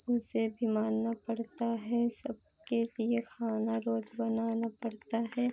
उसे भी मानना पड़ता है सबके लिए खाना रोज़ बनाना पड़ता है